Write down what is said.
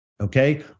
Okay